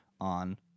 on